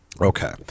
Okay